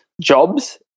jobs